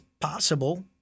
possible